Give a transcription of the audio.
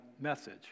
message